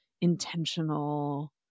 intentional